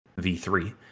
v3